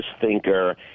thinker